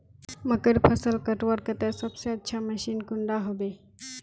मकईर फसल कटवार केते सबसे अच्छा मशीन कुंडा होबे?